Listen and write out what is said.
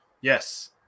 Yes